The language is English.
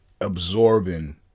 Absorbing